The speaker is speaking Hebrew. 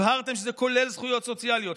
הבהרתם שזה כולל זכויות סוציאליות,